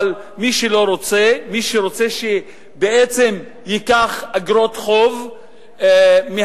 אבל מי שלא רוצה או מי שרוצה שבעצם ייקח איגרות חוב מהמדינה,